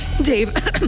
Dave